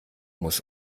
muss